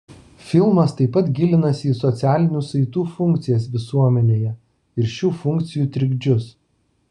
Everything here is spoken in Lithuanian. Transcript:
filmas taip pat gilinasi į socialinių saitų funkcijas visuomenėje ir šių funkcijų trikdžius